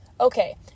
Okay